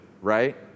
right